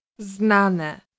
znane